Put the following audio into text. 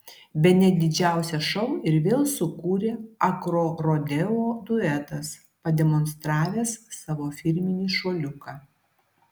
bene didžiausią šou ir vėl sukūrė agrorodeo duetas pademonstravęs savo firminį šuoliuką